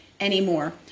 Anymore